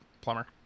Plumber